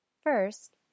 First